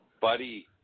buddy –